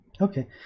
Okay